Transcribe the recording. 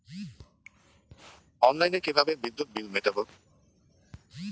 অনলাইনে কিভাবে বিদ্যুৎ বিল মেটাবো?